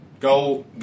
Go